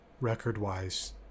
record-wise